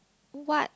what